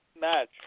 match